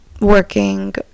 working